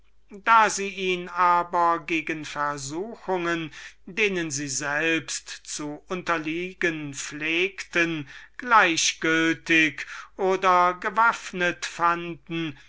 da sie ihn aber gegen versuchungen denen sie selbst zu unterliegen pflegten gleichgültig oder gewaffnet fanden